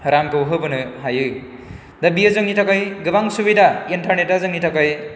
रांखौ होबोनो हायो दा बेयो जोंनि थाखाय गोबां सुबिदा इन्टारनेटआ जोंनि थाखाय